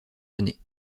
années